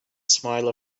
smile